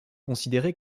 considéré